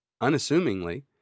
unassumingly